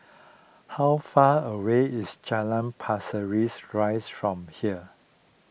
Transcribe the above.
how far away is Jalan Pasir rease rice from here